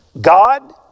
God